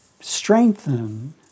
strengthen